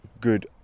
good